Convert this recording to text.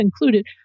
included